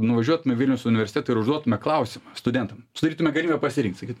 nuvažiuotume į vilniaus universitetą ir užduotume klausimą studentam sudarytume galimybę pasirinkt sakytume